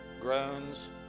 groans